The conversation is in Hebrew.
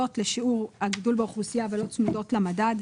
לשיעור הגידול באוכלוסייה ולא צמודה למדד.